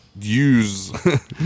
use